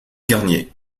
garnier